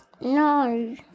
No